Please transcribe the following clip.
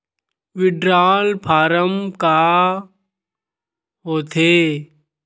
withdrawal form का होथेय